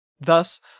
Thus